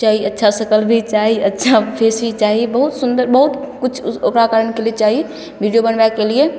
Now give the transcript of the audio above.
चाही अच्छा शकल भी चाही अच्छा फेस भी चाही बहुत सुन्दर बहुत किछु उस ओकरा करैके लिए चाही वीडिओ बनबैके लिए